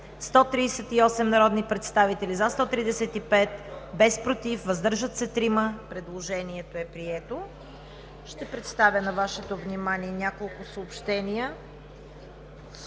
138 народни представители: за 135, против няма, въздържали се 3. Предложението е прието. Ще представя на Вашето внимание и няколко съобщения.